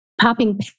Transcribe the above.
popping